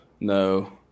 No